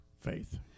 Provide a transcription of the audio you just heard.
faith